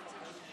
התש"ף 2020,